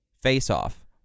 face-off